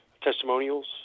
testimonials